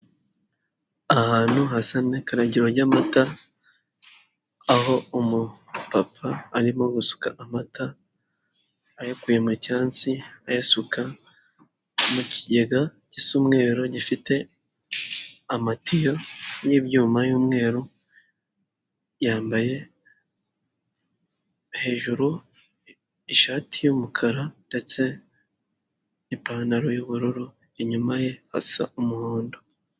Ahantu hasa n'ikaragiro ry'amata aho umupapa arimo gusuka amata ayakuye mu cyansi ayasuka mu kigega gisa umweru gifite amatiyo y'ibyuma y'umweru, yambaye hejuru ishati y'umukara ndetse n'ipantalo y'ubururu inyuma ye hasa umuhondo.